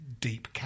deep